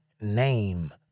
name